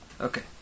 Okay